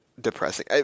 Depressing